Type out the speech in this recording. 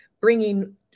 bringing